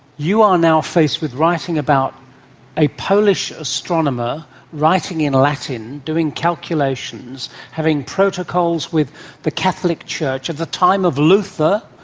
you are now faced with writing about a polish astronomer writing in latin, doing calculations, having protocols with the catholic church at the time of luther.